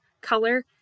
color